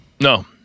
No